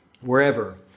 wherever